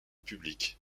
public